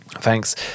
thanks